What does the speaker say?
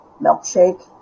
milkshake